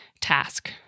task